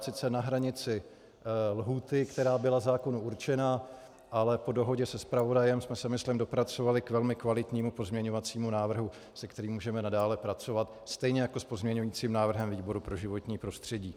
Sice na hranici lhůty, která byla zákonu určena, ale po dohodě se zpravodajem jsme se myslím dopracovali k velmi kvalitnímu pozměňovacímu návrhu, se kterým můžeme nadále pracovat, stejně jako s pozměňujícím návrhem výboru pro životní prostředí.